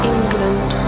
England